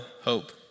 hope